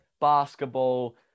basketball